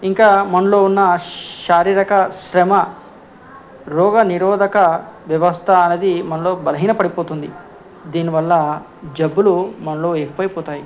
ఇంకా మనలో ఉన్న శారీరక శ్రమ రోగ నిరోధక వ్యవస్థ అనేది మనలో బలహీన పడిపోతుంది దీనివల్ల జబ్బులు మనలో ఎక్కువ అవుతాయి